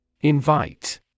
Invite